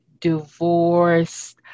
divorced